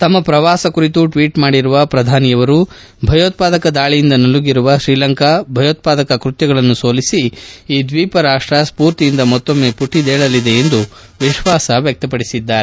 ತಮ್ನ ಪ್ರವಾಸ ಕುರಿತು ಟ್ನೇಟ್ ಮಾಡಿರುವ ಪ್ರಧಾನಮಂತ್ರಿ ನರೇಂದ್ರ ಮೋದಿ ಭಯೋತ್ಪಾದಕ ದಾಳಿಯಿಂದ ನಲುಗಿರುವ ಶ್ರೀಲಂಕಾ ಭಯೋತಾದಕ ಕ್ಷತ್ನಗಳನ್ನು ಸೋಲಿಸಿ ಈ ದ್ವೀಪ ರಾಷ್ಷ ಸ್ಪೂರ್ತಿಯಿಂದ ಮತ್ತೊಮ್ಮೆ ಮಟದೇಳಲಿದೆ ಎಂದು ವಿಶ್ವಾಸ ವ್ಯಕ್ತಪಡಿಸಿದ್ದಾರೆ